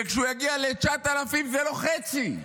וכשהוא יגיע ל-9,000, זה לא חצי.